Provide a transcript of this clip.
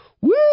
woo